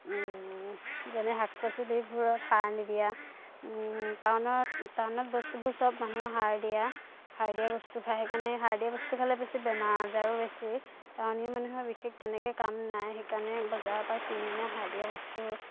যেনে শাক পাচলিবোৰত সাৰ নিদিয়া টাউনত টাউনত বস্তুবোৰ সব মানুহৰ সাৰ দিয়া সাৰ দিয়া বস্তু খায় সেইকাৰণে সাৰ দিয়া বস্তু খালে বেছি বেমাৰ আজাৰো বেছি টাউনীয়া মানুহে বিশেষ তেনেকৈ কাম নাই সেইকাৰণে বজাৰৰ পৰা কিনি আনে সাৰ দিয়া বস্তু